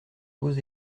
beaux